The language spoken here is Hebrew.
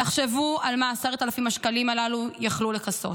תחשבו מה 10,000 השקלים הללו יכלו לכסות,